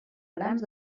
grams